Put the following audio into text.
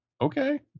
Okay